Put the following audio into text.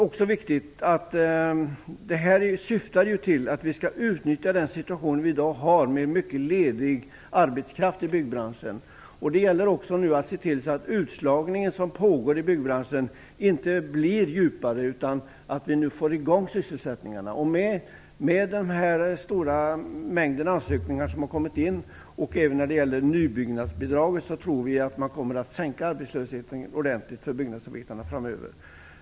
Det här syftar till att utnyttja den situation som vi nu har, med mycket ledig arbetskraft i byggbranschen. Det gäller nu också att se till att den utslagning som pågår i byggbranschen inte blir djupare och att vi nu får i gång sysselsättningen. Med den stora mängd ansökningar som har kommit in och även med hjälp av nybyggnadsbidraget tror vi att man ordentligt kommer att kunna sänka arbetslösheten för byggnadsarbetarna framöver.